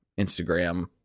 Instagram